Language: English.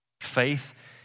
Faith